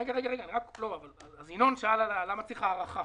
ינון אזולאי שאל למה צריך הארכה.